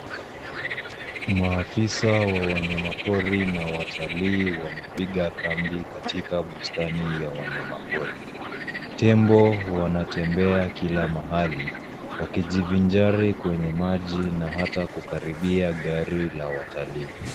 Maafisa wa wanyamapori na watalii wamepiga kambi katika bustani ya wanyamapori. Tembo wanatembea kila mahali, wakijivinjari kwenye maji na hata kukaribia gari la watalii.